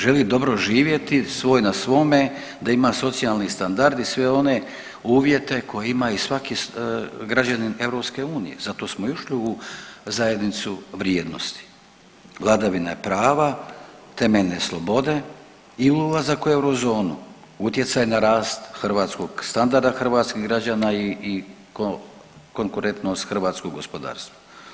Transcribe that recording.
Želi dobro živjeti, svoj na svome, da ima socijalni standard i sve one uvjete koje ima i svaki građanin EU, zato smo i ušli u zajednicu vrijednosti, vladavine prava, temeljne slobode i ulazak u eurozonu, utjecaj na rast hrvatskog ... hrvatskih građana i konkurentnost hrvatskog gospodarstva.